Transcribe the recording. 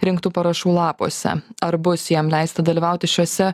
rinktų parašų lapuose ar bus jam leista dalyvauti šiuose